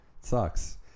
sucks